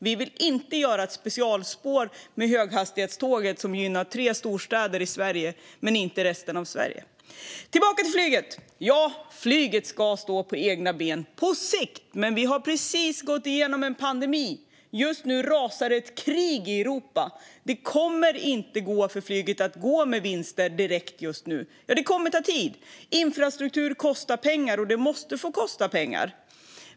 Vi vill inte göra ett specialspår med höghastighetståg som gynnar tre storstäder i Sverige men inte resten av landet. Tillbaka till flyget. Flyget ska stå på egna ben - på sikt. Men vi har precis gått igenom en pandemi, och just nu rasar ett krig i Europa. Flyget kommer därför inte att kunna gå med vinst direkt, just nu. Det kommer att ta tid. Infrastruktur kostar pengar och måste få kosta pengar.